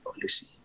policy